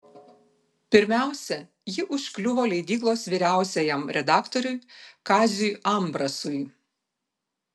pirmiausia ji užkliuvo leidyklos vyriausiajam redaktoriui kaziui ambrasui